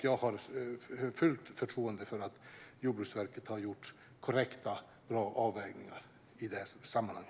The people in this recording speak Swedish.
Jag har fullt förtroende för att Jordbruksverket har gjort korrekta och bra avvägningar i detta sammanhang.